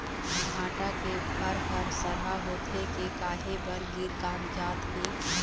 भांटा के फर हर सरहा होथे के काहे बर गिर कागजात हे?